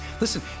Listen